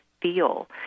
feel